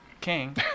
king